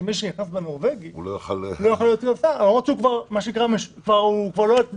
שמי שנכנס בנורבגי לא יכול להיות סגן שר למרות שהוא כבר לא על תנאי,